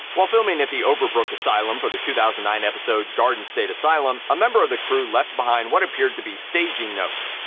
while filming at the overbrook asylum for the two thousand and nine episode garden state asylum, a member of the crew left behind what appeared to be staging notes.